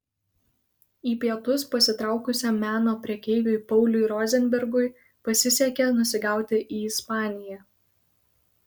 į pietus pasitraukusiam meno prekeiviui pauliui rozenbergui pasisekė nusigauti į ispaniją